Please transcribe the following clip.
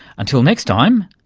until next time,